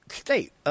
state